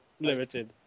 limited